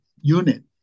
unit